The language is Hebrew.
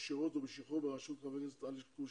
בשירות ובשחרור בראשות חבר הכנסת אלכס קושניר.